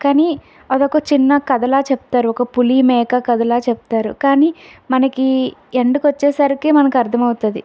కానీ అది ఒక చిన్న కథలాగా చెప్తారు ఒక పులిమేక కథలాగా చెప్తారు కానీ మనకి ఎండుకు వచ్చేసరికి మనకి అర్థమవుతుంది